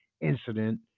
incident